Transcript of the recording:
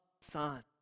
Son